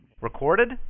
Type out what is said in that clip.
Recorded